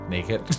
Naked